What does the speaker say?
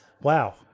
Wow